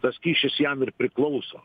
tas kyšis jam ir priklauso